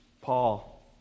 Paul